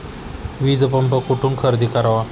वीजपंप कुठून खरेदी करावा?